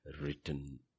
written